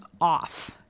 off